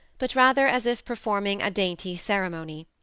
but rather as if performing a dainty ceremony.